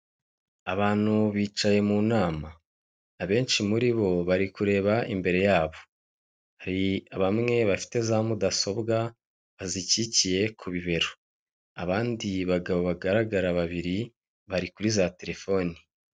Abantu bicaye mu nama abenshi muri bo bari kureba imbere yabo hari bamwe bafite za mudasobwa, bazikikiye ku bibero abandi bagabo bagaragara babiri bari kuri za telefoni.